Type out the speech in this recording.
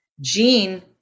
Gene